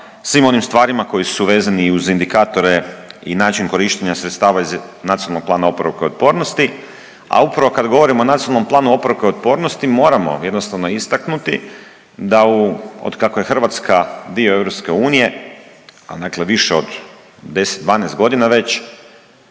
svim onim stvarima koji su vezani uz indikatore i način korištenja sredstava iz Nacionalnog plana oporavka i otpornosti, a upravo kad govorimo o Nacionalnom planu oporavka i otpornosti moramo jednostavno istaknuti da od kad je Hrvatska dio EU, a dakle više od 10, 12 godina već